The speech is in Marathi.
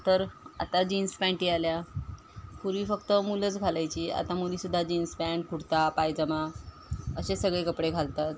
नंतर आता जीन्स पॅन्ट आल्या पूर्वी फक्त मुलंच घालायची आता मुलीसुद्धा जीन्स पॅन्ट कुर्ता पायजमा असे सगळे कपडे घालतात